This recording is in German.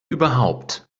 überhaupt